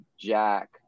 Jack